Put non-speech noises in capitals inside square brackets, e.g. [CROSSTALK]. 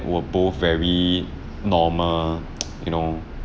were both very normal [NOISE] you know